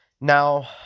Now